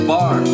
Bar